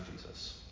Jesus